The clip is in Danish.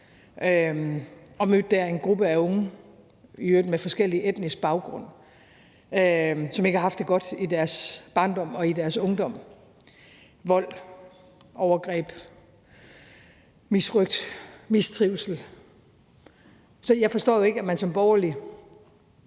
og mødte dér en gruppe af unge, i øvrigt med forskellig etnisk baggrund, som ikke har haft det godt i deres barndom og i deres ungdom på grund af vold, overgreb, misrøgt og mistrivsel – så forstår jeg jo ikke, at man som borgerlig